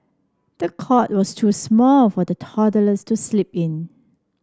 the cot was too small for the toddlers to sleep in